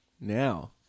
Now